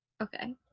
Okay